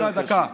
דקה, דקה.